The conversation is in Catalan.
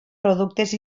productes